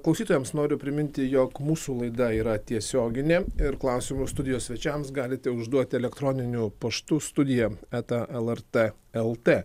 klausytojams noriu priminti jog mūsų laida yra tiesioginė ir klausimus studijos svečiams galite užduoti elektroniniu paštu studija eta lrt lt